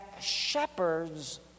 shepherds